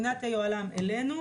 מממונת היוהל"ם אלינו,